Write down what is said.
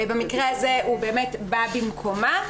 במקרה הזה הוא באמת בא במקומה,